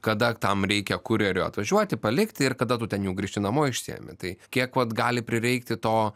kada tam reikia kurjeriui atvažiuoti palikti ir kada tu ten jau grįžti namo išsiimi tai kiek vat gali prireikti to